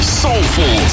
soulful